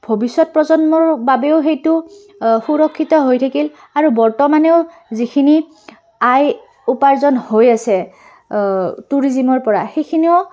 ভৱিষ্যত প্ৰজন্মৰ বাবেও সেইটো সুৰক্ষিত হৈ থাকিল আৰু বৰ্তমানেও যিখিনি আয় উপাৰ্জন হৈ আছে টুৰিজিমৰপৰা সেইখিনিও